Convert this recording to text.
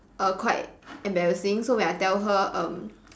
err quite embarrassing so when I tell her um